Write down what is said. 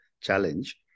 challenge